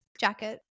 jacket